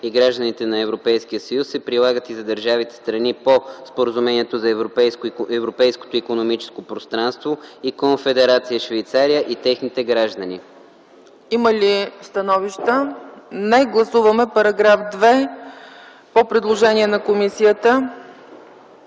и гражданите на Европейския съюз, се прилагат и за държавите – страни по Споразумението за Европейското икономическо пространство и Конфедерация Швейцария и техните граждани”. ПРЕДСЕДАТЕЛ ЦЕЦКА ЦАЧЕВА: Има ли становища? Не. Гласуваме § 2 по предложение на комисията.